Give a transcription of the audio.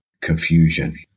confusion